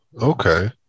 okay